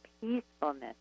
peacefulness